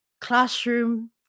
classroom